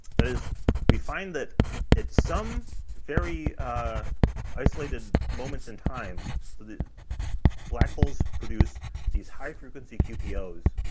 that is we find that at some very isolated moments in time so the black holes produce these high frequency qpos,